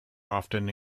often